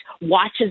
watches